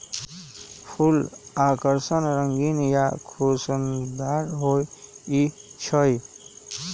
फूल आकर्षक रंगीन आ खुशबूदार हो ईछई